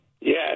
Yes